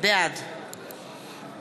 בעד